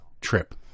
trip